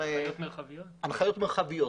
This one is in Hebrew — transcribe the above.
בהנחיות מרחביות.